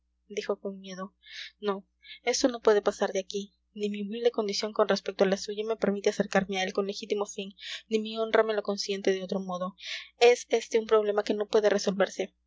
dijo con miedo no esto no puede pasar de aquí ni mi humilde condición con respecto a la suya me permite acercarme a él con legítimo fin ni mi honra me lo consiente de otro modo es este un problema que no puede resolverse